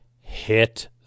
hit